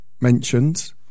mentioned